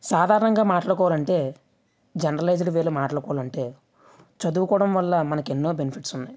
సాధారణంగా మాట్లాడుకోవాలంటే జర్నలైజ్డ్వేలో మాట్లాడుకోవాలంటే చదువుకోవడం వల్ల మనకి ఎన్నో బెనిఫిట్స్ ఉన్నాయి